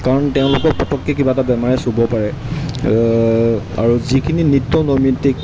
কাৰণ তেওঁলোকক পততকৈ কিবা এটা বেমাৰে চুব পাৰে আৰু যিখিনি নৃত্য নৈমিত্তিক